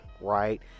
right